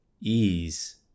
ease